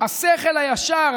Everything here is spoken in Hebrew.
השכל הישר,